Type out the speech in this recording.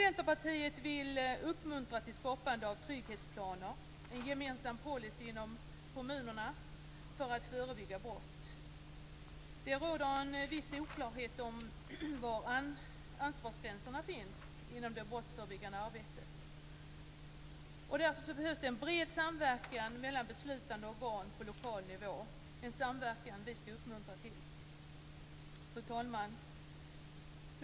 Centerpartiet vill uppmuntra till skapande av trygghetsplaner, dvs. en gemensam policy inom kommunerna för att förebygga brott. Det råder en viss oklarhet var ansvarsgränserna finns inom det brottsförebyggande arbetet. Därför behövs en bred samverkan mellan beslutande organ på lokal nivå. Det är en samverkan vi skall uppmuntra. Fru talman!